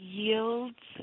yields